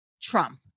Trump